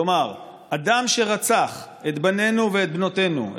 כלומר שאדם שרצח את בנינו ובנותינו,